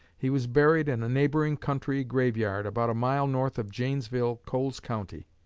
he was buried in a neighboring country graveyard, about a mile north of janesville, coles county.